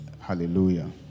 hallelujah